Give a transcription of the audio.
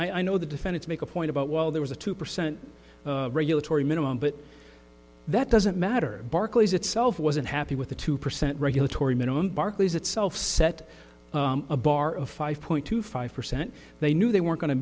i know the defense make a point about well there was a two percent regulatory minimum but that doesn't matter barclays itself wasn't happy with the two percent regulatory minimum barclays itself set a bar of five point two five percent they knew they were going to